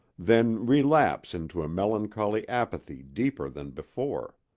then relapse into a melancholy apathy deeper than before.